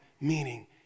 meaning